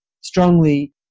strongly